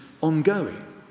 ongoing